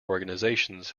organizations